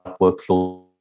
workflow